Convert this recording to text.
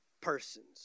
persons